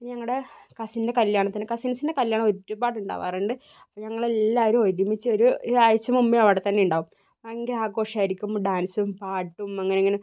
ഞങ്ങളുടെ കസിൻ്റെ കല്യാണത്തിന് കസിൻസിൻറെ കല്യാണം ഒരുപാട് ഉണ്ടാകാറുണ്ട് ഞങ്ങളെല്ലാവരും ഒരുമിച്ച് ഒര് ആഴ്ച മുമ്പേ അവിടെ തന്നെ ഉണ്ടാകും ഭയങ്കര ആഘോഷമായിരിക്കും ഡാൻസും പാട്ടും അങ്ങനങ്ങനെ